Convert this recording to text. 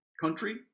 country